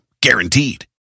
Guaranteed